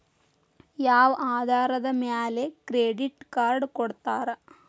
ಯಾವ ಆಧಾರದ ಮ್ಯಾಲೆ ಕ್ರೆಡಿಟ್ ಕಾರ್ಡ್ ಕೊಡ್ತಾರ?